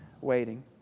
waiting